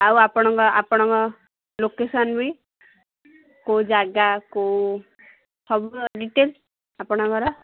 ଆଉ ଆପଣଙ୍କ ଆପଣଙ୍କ ଲୋକେସନ୍ ବି କେଉଁ ଜାଗା କେଉଁ ସବୁ ଡିଟେଲସ୍ ଆପଣଙ୍କର